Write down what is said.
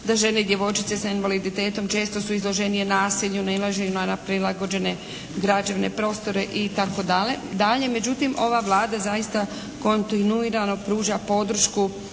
da žene i djevojčice sa invaliditetom često su izloženije nasilju, nailaženjima na neprilagođene građevne prostore itd. Međutim ova Vlada zaista kontinuirano pruža podršku